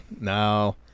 No